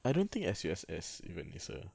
I don't think S_U_S_S even is a